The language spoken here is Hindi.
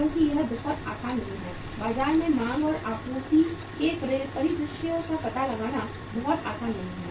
क्योंकि यह बहुत आसान नहीं है बाजार में मांग और आपूर्ति के परिदृश्य का पता लगाना बहुत आसान नहीं है